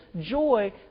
joy